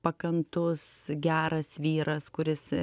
pakantus geras vyras kuris